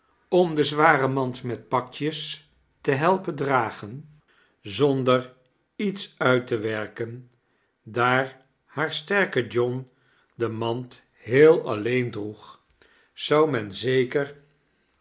om den zwanen maud met pakjes te helpen dragee zonder iefcs uit te werken daar haar stake john de mand heel alleen droeg zou men zeker